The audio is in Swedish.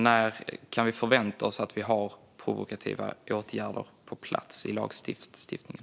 När kan vi alltså förvänta oss att ha provokativa åtgärder på plats i lagstiftningen?